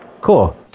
Cool